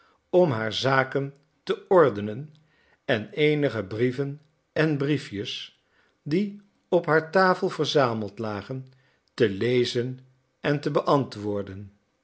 om haar zaken te ordenen en eenige brieven en briefjes die op haar tafel verzameld lagen te lezen en te beantwoorden